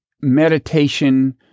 meditation